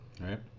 Right